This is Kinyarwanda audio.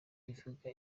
bivuga